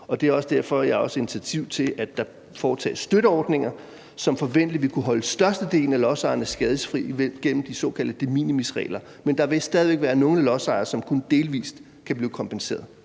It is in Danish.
derfor, jeg tager initiativ til, at der laves støtteordninger, som forventeligt vil kunne holde størstedelen af lodsejerne skadesløs igennem de såkaldte de minimis-regler. Men der vil stadig væk være nogle lodsejere, som kun delvis kan blive kompenseret.